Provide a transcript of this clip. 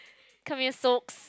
come here socks